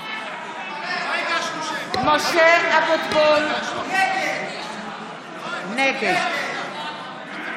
(קוראת בשם חבר הכנסת) משה אבוטבול, נגד רק שנייה,